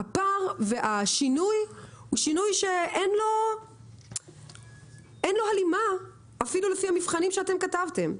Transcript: הפער והשינוי שאין לו הלימה אפילו לפי המבחנים שאתם כתבתם.